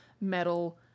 metal